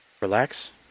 relax